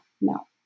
no